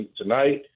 tonight